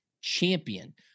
champion